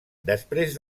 després